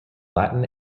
latin